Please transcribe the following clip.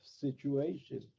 situation